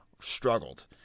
struggled